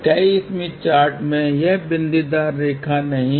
कई Smith chart में यह बिंदीदार रेखा नहीं है